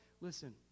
listen